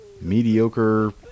mediocre